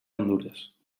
hondures